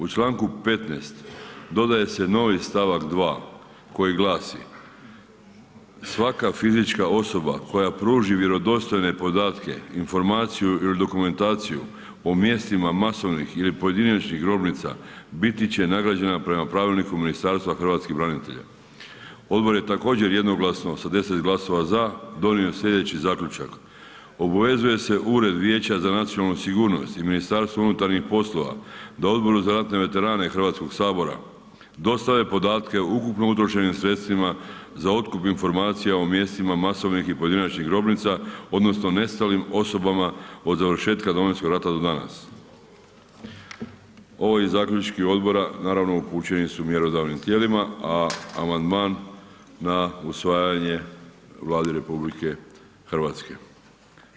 U članku 15. dodaje se novi stavak 2. koji glasi „svaka fizička osoba pruži vjerodostojne podatke, informaciju ili dokumentaciju o mjestima masovnih ili pojedinačnih grobnica, biti će nagrađena prema pravilniku Ministarstva hrvatskih branitelja.“ Odbor je također jednoglasno sa 10 glasova za donio slijedeći zaključak „obvezuje se Ured vijeća za nacionalnu sigurnost i MUP da Odboru za ratne veterane Hrvatskog sabora, dostave podatke o ukupno utrošenim sredstvima za otkup informacija o mjestima masovnih i pojedinačnih grobnica odnosno nestalim osobama od završetka Domovinskog rata do danas.“ Ovaj zaključak odbora naravno upućeni su mjerodavnim tijelima a amandman na usvajanje Vladi RH.